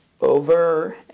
over